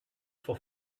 for